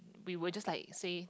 we will just like say